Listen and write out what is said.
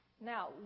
Now